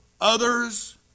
others